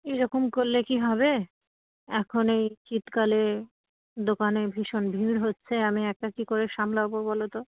এই রকম করলে কি হবে এখন এই শীতকালে দোকানে ভীষণ ভিড় হচ্ছে আমি একা কী করে সামলাবো বলো তো